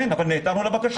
כן, אבל נעתרנו לבקשה.